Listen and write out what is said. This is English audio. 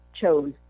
chose